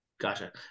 gotcha